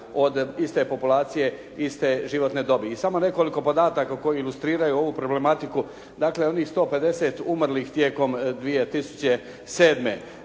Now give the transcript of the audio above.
od iste populacije iste životne dobi. I samo nekoliko podataka koji ilustriraju ovu problematiku. Dakle onih 150 umrlih tijekom 2007.